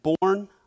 born